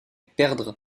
perdre